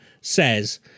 says